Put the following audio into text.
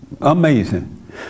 Amazing